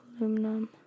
aluminum